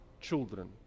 children